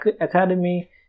academy